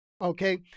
Okay